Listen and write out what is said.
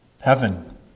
Heaven